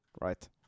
right